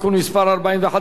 התשע"ב 2012,